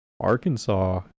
Arkansas